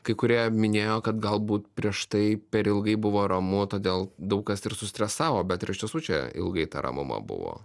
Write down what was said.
kai kurie minėjo kad galbūt prieš tai per ilgai buvo ramu todėl daug kas ir sustresavo bet ir iš tiesų čia ilgai ta ramuma buvo